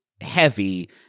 heavy